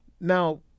Now